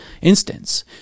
instance